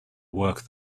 work